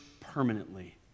permanently